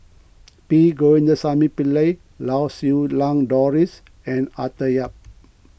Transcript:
P Govindasamy Pillai Lau Siew Lang Doris and Arthur Yap